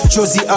Josie